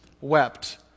wept